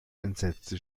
entsetzte